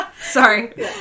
Sorry